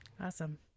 awesome